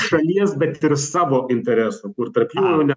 šalies bet ir savo interesų kur tarp jų jau ne